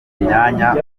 myanya